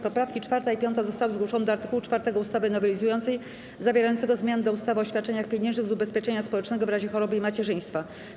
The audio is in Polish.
Poprawki 4. i 5. zostały zgłoszone do art. 4 ustawy nowelizującej zawierającego zmiany do ustawy o świadczeniach pieniężnych z ubezpieczenia społecznego w razie choroby i macierzyństwa.